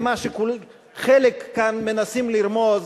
למה שחלק כאן מנסים לרמוז,